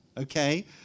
okay